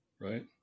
right